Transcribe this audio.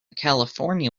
california